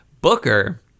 Booker